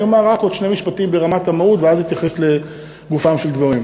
אני אומר רק עוד שני משפטים ברמת המהות ואז אתייחס לגופם של דברים.